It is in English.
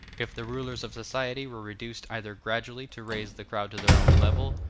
if the rulers of society were reduced either gradually to raise the crowd to their own level,